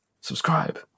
subscribe